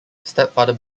stepfather